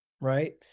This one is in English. right